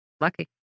Lucky